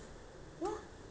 sunday monday